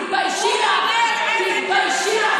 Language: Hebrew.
הוא אומר, תתביישי לך.